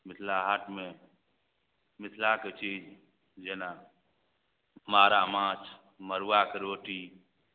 मिथिला हाटमे मिथिलाके चीज जेना मारा माछ मरुआके रोटी